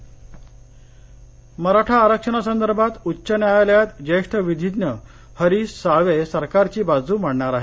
मराठा आरक्षण मराठा आरक्षणासंदर्भात उच्च न्यायालयात ज्येष्ठ विधिज्ञ हरिष साळवे सरकारची बाजू मांडणार आहेत